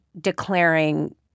declaring